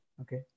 Okay